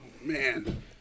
man